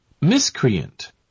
Miscreant